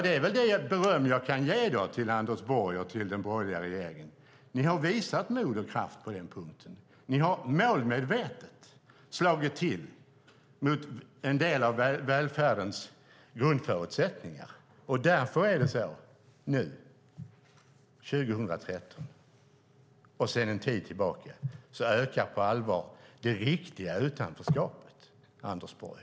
Det är väl det beröm jag kan ge till Anders Borg och den borgerliga regeringen. Ni har visat mod och kraft på den punkten. Ni har målmedvetet slagit till mot en del av välfärdens grundförutsättningar. Därför ökar nu, 2013 och sedan en tid tillbaka, på allvar det riktiga utanförskapet, Anders Borg.